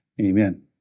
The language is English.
Amen